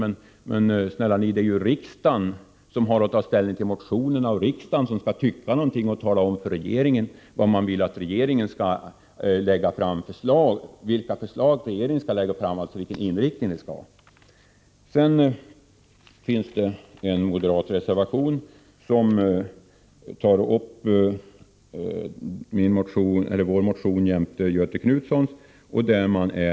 Men, snälla ni, det är ju riksdagen som har att ta ställning till motionerna; det är riksdagen som skall tycka någonting och tala om för regeringen vilka förslag man vill att regeringen skall lägga fram och vilken inriktning dessa skall ha. I moderatreservationen 2 tar man upp vår och Göthe Knutsons motion.